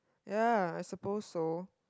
ya I suppose so